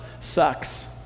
sucks